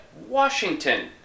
Washington